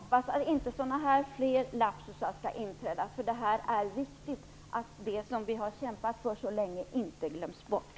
Herr talman! Tack, det låter lovande. Jag hoppas att det inte skall inträffa fler sådana här lapsusar. Det är viktigt att det som vi har kämpat för så länge inte glöms bort.